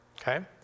okay